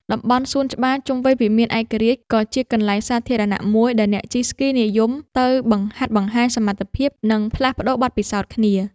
តំបន់សួនច្បារជុំវិញវិមានឯករាជ្យ ក៏ជាកន្លែងសាធារណៈមួយដែលអ្នកជិះស្គីនិយមទៅបង្ហាត់បង្ហាញសមត្ថភាព និងផ្លាស់ប្តូរបទពិសោធន៍គ្នា។